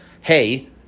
Hey